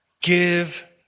Give